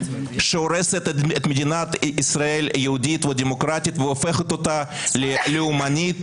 שהורסת את מדינת ישראל יהודית ודמוקרטית והופכת אותה לאומנית,